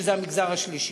שזה המגזר השלישי.